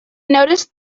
noticed